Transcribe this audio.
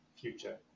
future